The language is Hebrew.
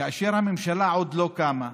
כאשר הממשלה עוד לא קמה,